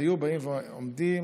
היו עומדים